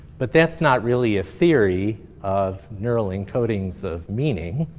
but that's not really a theory of neural encodings of meaning.